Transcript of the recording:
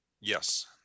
Yes